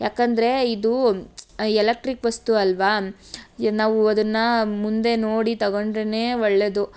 ಯಾಕಂದರೆ ಇದು ಯಲಕ್ಟ್ರಿಕ್ ವಸ್ತು ಅಲ್ಲವಾ ಎ ನಾವು ಅದನ್ನಾ ಮುಂದೆ ನೋಡಿ ತಗೊಂಡರೇನೇ ಒಳ್ಳೆದು